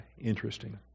interesting